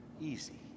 easy